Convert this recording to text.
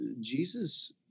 Jesus